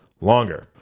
longer